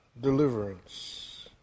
deliverance